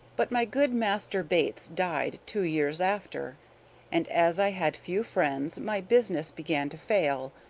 but my good master bates died two years after and as i had few friends my business began to fail,